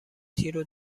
تیرو